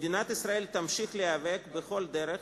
מדינת ישראל תמשיך להיאבק בכל דרך